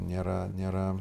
nėra nėra